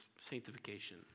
sanctification